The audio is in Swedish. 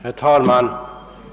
Herr talman!